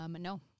No